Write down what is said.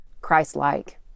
Christ-like